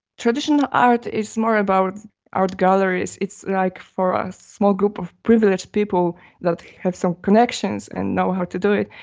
traditional art is more about art galleries, it's like for a small group of privileged people that have some connections and know how to do it.